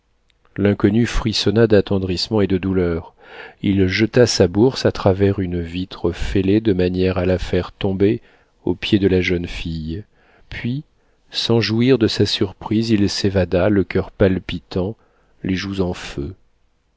l'inconnu frissonna d'attendrissement et de douleur il jeta sa bourse à travers une vitre fêlée de manière à la faire tomber aux pieds de la jeune fille puis sans jouir de sa surprise il s'évada le coeur palpitant les joues en feu